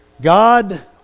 God